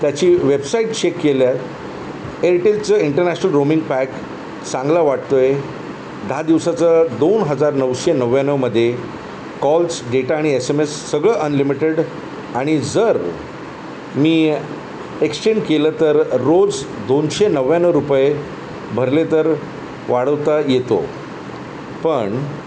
त्याची website check केल्या एअरटेलचं इंटरनॅशनल रोमिंग पॅक चांगला वाटतो आहे दहा दिवसाचं दोन हजार नऊशे नव्याण्णवमध्ये कॉल्स डेटा आणि एस एम एस सगळं अनलिमिटेड आणि जर मी एक्स्टेंड केलं तर रोज दोनशे नव्याण्णव रुपये भरले तर वाढवता येतो पण